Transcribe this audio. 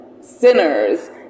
sinners